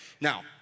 Now